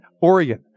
Oregon